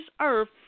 earth